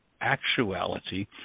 actuality